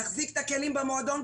להחזיק את הכלים במועדון,